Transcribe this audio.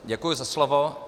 Děkuji za slovo.